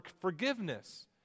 forgiveness